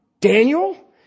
Daniel